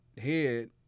head